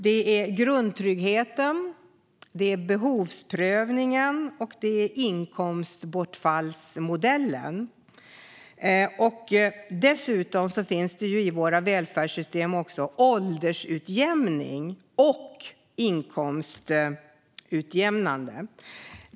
Det är grundtryggheten, behovsprövningen och inkomstbortfallsmodellen. Dessutom finns det i våra välfärdssystem också åldersutjämning och inkomstutjämnande inslag.